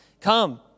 come